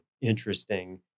interesting